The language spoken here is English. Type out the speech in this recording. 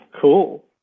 Cool